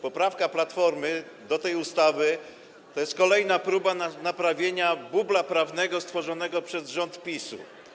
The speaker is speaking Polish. Poprawka Platformy do tej ustawy to jest kolejna próba naprawienia bubla prawnego stworzonego przez rząd PiS-u.